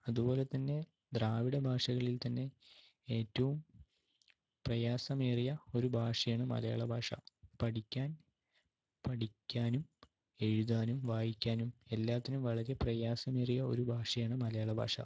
അതുപോലെ തന്നെ ദ്രാവിഡ ഭാഷകളിൽ തന്നെ ഏറ്റവും പ്രയാസമേറിയ ഒരു ഭാഷയാണ് മലയാള ഭാഷ പഠിക്കാൻ പഠിക്കാനും എഴുതാനും വായിക്കാനും എല്ലാത്തിനും വളരെ പ്രയാസമേറിയ ഒരു ഭാഷയാണ് മലയാള ഭാഷ